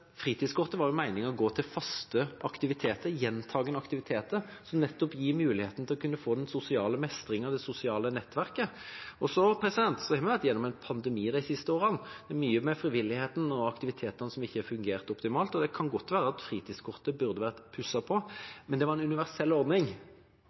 var meningen at fritidskortet skulle gå til faste, gjentakende aktiviteter, som nettopp gir muligheten til å få den sosiale mestringen og det sosiale nettverket. Så har vi vært gjennom en pandemi de siste årene. Det er mye med frivilligheten og aktivitetene som ikke har fungert optimalt, og det kan godt være at fritidskortet burde vært pusset på.